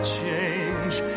change